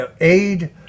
aid